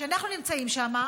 ואנחנו נמצאים שם,